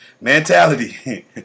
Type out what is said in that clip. mentality